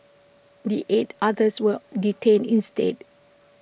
the eight others were detained instead